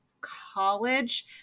college